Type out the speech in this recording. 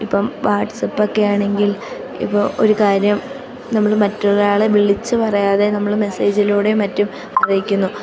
ഇപ്പം വാട്സപ്പൊക്കെ ആണെങ്കിൽ ഇപ്പോൾ ഒരു കാര്യം നമ്മൾ മറ്റൊരാളെ വിളിച്ച് പറയാതെ നമ്മൾ മെസ്സേജിലൂടെയും മറ്റും അറിയിക്കുന്നു